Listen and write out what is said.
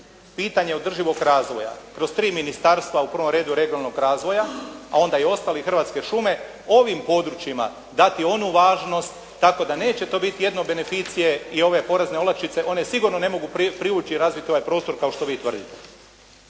pitanje održivog razvoja kroz 3 ministarstva, u prvom redu regionalnog razvoja a onda i ostalih, Hrvatske šume ovim područjima dati onu važnost tako da neće to biti jedno beneficije i ove porezne olakšice. One sigurno ne mogu privući i razviti ovaj prostor kao što vi tvrdite.